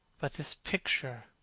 but this picture